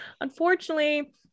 Unfortunately